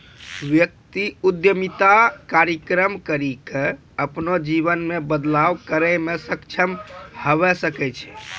व्यक्ति उद्यमिता कार्यक्रम करी के अपनो जीवन मे बदलाव करै मे सक्षम हवै सकै छै